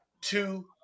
Two